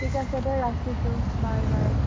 ঠিক আছে দে ৰাখিছোঁ বাই বাই